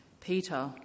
Peter